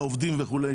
בעובדים וכולי.